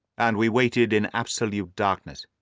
and we waited in absolute darkness.